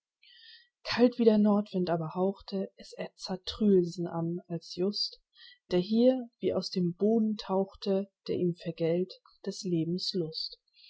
kalt wie der nordwind aber hauchte es edzard truelsen an als just der hier wie aus dem boden tauchte der ihm vergällt des lebens lust